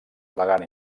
elegant